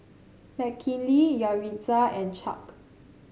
Mckinley Yaritza and Chuck